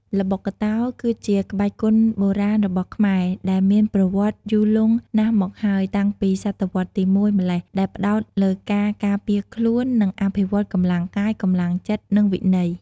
ល្បុក្កតោ គឺជាក្បាច់គុនបុរាណរបស់ខ្មែរ ដែលមានប្រវត្តិយូរលង់ណាស់មកហើយ តាំងពីសតវត្សរ៍ទី ១ ម្ល៉េះ ដែលផ្តោតលើការការពារខ្លួន និងអភិវឌ្ឍកម្លាំងកាយ កម្លាំងចិត្ត និងវិន័យ។